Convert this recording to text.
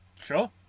Sure